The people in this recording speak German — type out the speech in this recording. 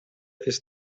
ist